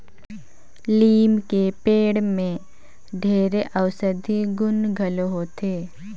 लीम के पेड़ में ढेरे अउसधी गुन घलो होथे